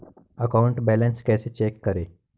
Account balance कैसे check करें?